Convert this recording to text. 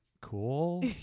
cool